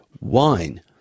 wine